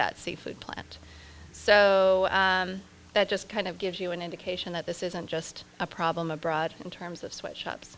that seafood plant so that just kind of gives you an indication that this isn't just a problem abroad in terms of sweatshops